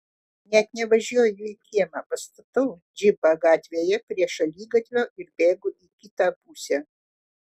net nevažiuoju į kiemą pastatau džipą gatvėje prie šaligatvio ir bėgu į kitą pusę